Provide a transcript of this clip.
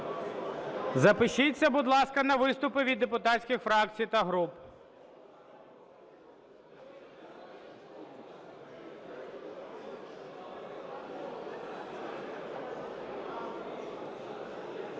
Запишіться, будь ласка, на виступи від депутатських фракцій та груп.